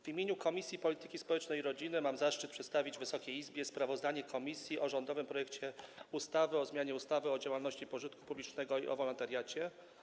W imieniu Komisji Polityki Społecznej i Rodziny mam zaszczyt przedstawić Wysokiej Izbie sprawozdanie komisji o rządowym projekcie ustawy o zmianie ustawy o działalności pożytku publicznego i o wolontariacie.